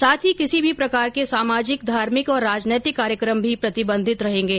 साथ ही किसी भी प्रकार के सामाजिक धार्मिक और राजनैतिक कार्यक्रम भी प्रतिबंधित रहेंगे